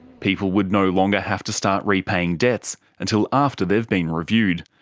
people would no longer have to start repaying debts until after they've been reviewed.